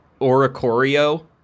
Oricorio